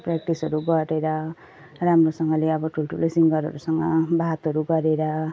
प्य्राक्टिसहरू गरेर राम्रोसँगले अब ठुल्ठुलो सिङ्गरहरूसँग बातहरू गरेर